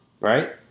right